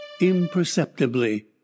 imperceptibly